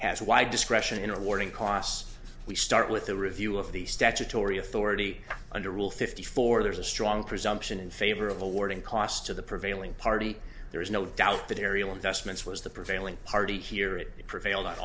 has wide discretion in awarding costs we start with a review of the statutory authority under rule fifty four there's a strong presumption in favor of awarding cost to the prevailing party there is no doubt that ariel investments was the prevailing party here it prevailed on